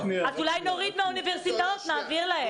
אז אולי נוריד מהאוניברסיטאות ונעביר להם.